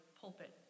pulpit